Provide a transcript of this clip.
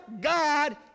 God